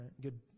Good